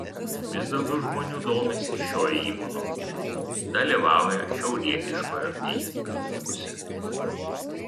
vis daugiau žmonių domisi šio ėjimo naudingumu dalyvauja šiaurietiškojo ėjimo pamokose